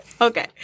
Okay